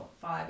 five